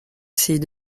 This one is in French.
essayait